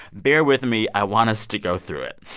bear with me. i want us to go through it.